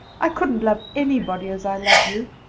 i couldn't love anybody as i love you.